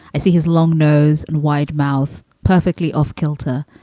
i see his long nose and wide mouth perfectly off kilter.